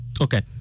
Okay